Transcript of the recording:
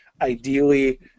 ideally